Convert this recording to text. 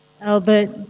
Albert